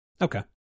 Okay